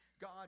God